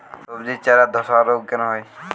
সবজির চারা ধ্বসা রোগ কেন হয়?